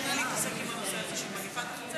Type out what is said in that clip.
למרות שאני הייתי הראשונה להתעסק עם הנושא הזה של מגפת החצבת.